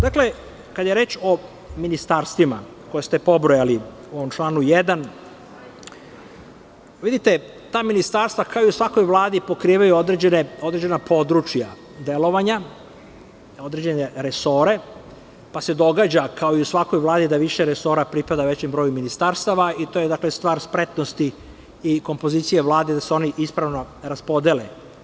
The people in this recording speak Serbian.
Dakle, kada je reč o ministarstvima koje ste pobrojali u ovom članu 1, vidite ta ministarstva kao i u svakoj Vladi pokrivaju određena područja delovanja, određene resore, pa se događa kao i u svakoj Vladi da više resora pripada većem broju ministarstava i to je dakle, stvar spretnosti i kompozicija Vlade da se oni ispravno raspodele.